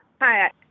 Hi